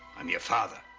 i'm your father.